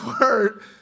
word